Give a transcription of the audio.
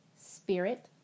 Spirit